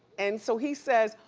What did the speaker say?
and so he says,